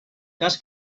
cas